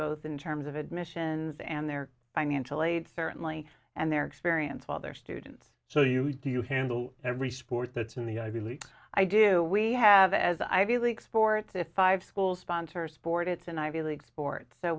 both in terms of admissions and their financial aid certainly and their experience while they're students so you do you handle every sport that's in the ivy league i do we have as ivy league sports a five school sponsor sport it's an ivy league sport so